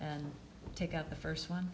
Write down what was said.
and take out the first one